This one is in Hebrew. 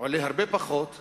עולה הרבה פחות מההזנחה.